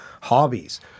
hobbies